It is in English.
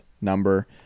number